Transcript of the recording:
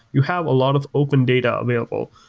you have a lot of open data available.